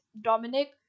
Dominic